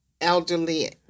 Elderly